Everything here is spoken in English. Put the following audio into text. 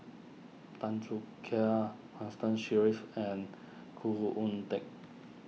Tan Choo Kai Constance Sheares and Khoo Oon Teik